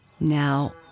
Now